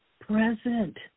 present